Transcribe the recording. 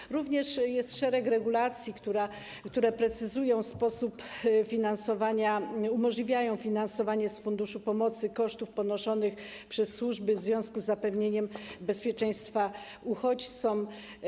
Jest również szereg regulacji, które precyzują sposób finansowania, umożliwiają finansowanie z funduszu pomocy kosztów poniesionych przez służby w związku z zapewnieniem bezpieczeństwa uchodźcom.